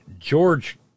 George